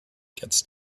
gets